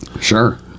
Sure